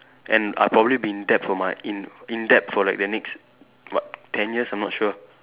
and I'll probably be in debt for my in in debt for like the next what ten years I'm not sure